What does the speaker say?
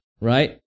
right